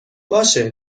باشه